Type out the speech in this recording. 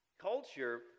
Culture